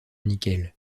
nickel